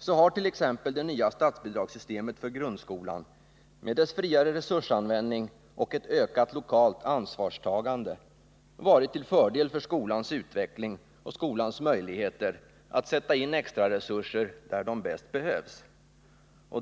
Så har t.ex. det nya statsbidragssystemet för grundskolan med dess friare resursanvändning och ett ökat lokalt ansvarstagande varit till fördel för skolans utveckling och skolans möjligheter att sätta in extra resurser där de bäst behövs.